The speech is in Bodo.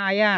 नाया